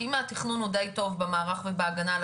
כי אם התכנון הוא די טוב במערך ובהגנה על